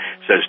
says